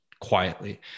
quietly